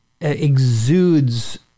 exudes